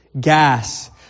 gas